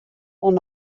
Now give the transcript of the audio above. oan